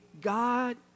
God